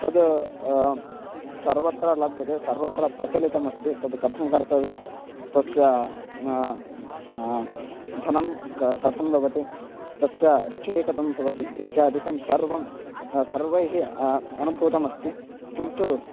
तद् सर्वत्र लभ्यते सर्वत्र प्रचलितमस्ति तद् कथं कर्तव्यं तस्य धनं क कथं भवति तस्य रुचिः कथं भवति इत्यादिकं सर्वं सर्वैः अनुभूतमस्ति किन्तु